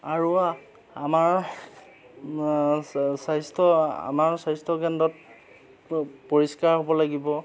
আৰু আমাৰ স্বাস্থ্য আমাৰ স্বাস্থ্যকেন্দ্ৰত পৰিষ্কাৰ হ'ব লাগিব